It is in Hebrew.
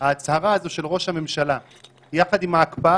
ההצהרה הזו של ראש הממשלה יחד עם ההקפאה